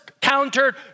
countered